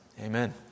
amen